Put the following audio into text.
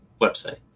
website